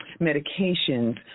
medications